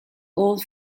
old